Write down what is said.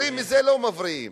הרי מזה לא מבריאים.